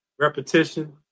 repetition